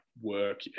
work